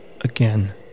again